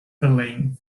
filling